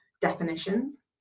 definitions